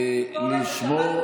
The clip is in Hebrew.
לשמור,